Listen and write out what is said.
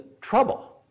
trouble